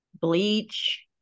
Bleach